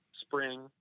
spring